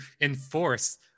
enforce